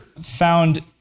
found